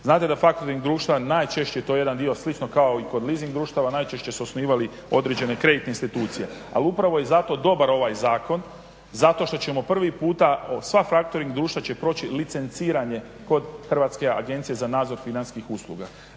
Znate da factoring društva najčešće to je jedan dio slično kao i kod liesing društava najčešće su osnivali određene kreditne institucije. Ali upravo je zato dobar ovaj zakon zato što će prvi puta sva factoring društva će proći licenciranje kod Hrvatske agencije za nadzor financijskih usluga.